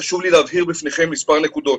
חשוב לי להבהיר בפניכם מספר נקודות.